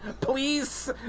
please